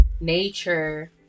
nature